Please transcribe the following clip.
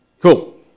Cool